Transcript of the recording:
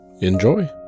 enjoy